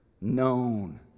known